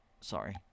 Sorry